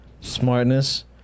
smartness